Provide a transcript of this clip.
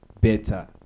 better